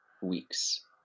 weeks